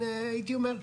הייתי אומר,